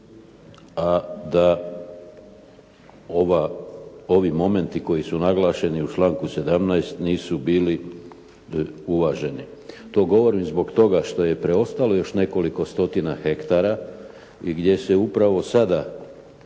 da ova, ovi momenti koji su naglašeni u članku 17. nisu bili uvaženi. To govorim zbog toga što je preostalo još nekoliko stotina hektara i gdje se upravo sada